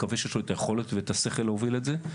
שאני מקווה שיש לו את השכל והיכולת כדי להילחם בדבר הזה,